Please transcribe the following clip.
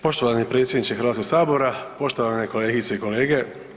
Poštovani predsjedniče Hrvatskog sabora, poštovane kolegice i kolege.